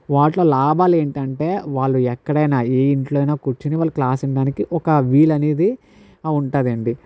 వాటిల్లో లాభాలు ఏంటంటే వాళ్ళు ఎక్కడైనా ఏ ఇంట్లో అయినా కూర్చొని వాళ్లు క్లాస్ వినడానికి ఒక వీలు అనేది ఉంటుంది అండి